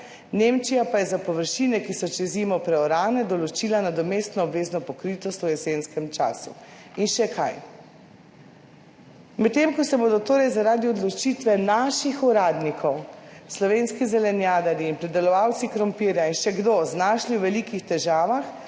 (nadaljevanje) ki so čez zimo preorane, določila nadomestno obvezno pokritost v jesenskem času in še kaj. Medtem ko se bodo torej zaradi odločitve naših uradnikov slovenski zelenjadarji, pridelovalci krompirja in še kdo znašli v velikih težavah,